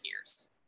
years